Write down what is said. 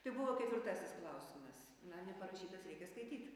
tai buvo ketvirtasis klausimas na neparašytas reikia skaityti